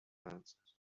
answered